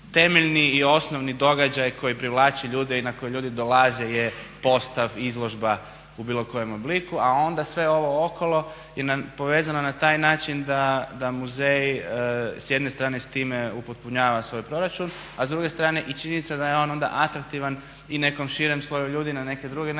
Temeljni i osnovni događaj koji privlači ljude i na koje ljudi dolaze je postav, izložba u bilo kojem obliku, a onda sve ovo okolo je povezano na taj način da muzej s jedne strane s time upotpunjava svoj proračuna, a s druge strane i činjenica da je on onda atraktivan i nekom širem sloju ljudi na neke druge načine